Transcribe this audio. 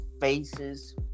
faces